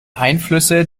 einflüsse